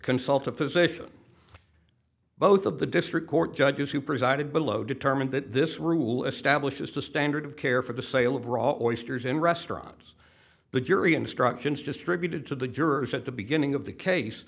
consult a physician both of the district court judges who presided below determine that this rule establishes the standard of care for the sale of raw oysters in restaurants the jury instructions distributed to the jurors at the beginning of the case